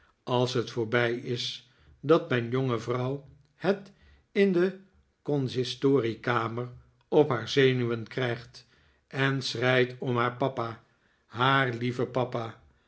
als hel voorbij is dat mijn jonge vrouw het in de consistoriekamer op haar zenuwen krijgt en schreit om haar papa haar lieven papa